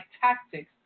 tactics